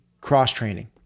cross-training